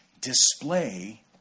display